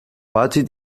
patty